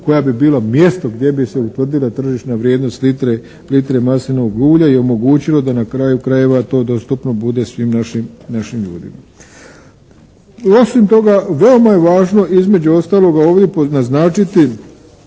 koja bi bila mjesto gdje bi se utvrdila tržišna vrijednost litre maslinovog ulja i omogućilo da na kraju krajeva to dostupno bude svim našim ljudima. Osim toga, veoma je važno između ostaloga ovim naznačiti